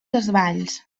desvalls